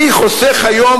אני חוסך היום,